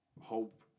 hope